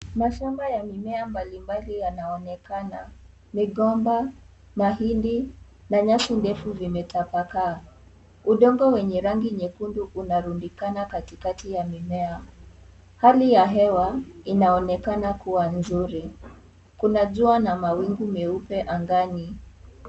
Mashamba ya mimea mbalimbali yanaonekana. Migomba, mahindi, na nyasi ndefu zimetabakaa. Udongo wenye rangi nyekundu unarundikana kati kati ya mimea. Hali ya hewa inaonekana kuwa nzuri. Kuna jua na mawingu meupe angani.